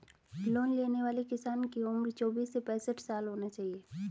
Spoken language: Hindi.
लोन लेने वाले किसान की उम्र चौबीस से पैंसठ साल होना चाहिए